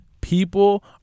People